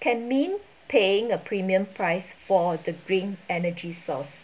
can mean paying a premium price for the green energy source